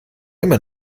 immer